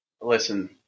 listen